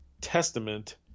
Testament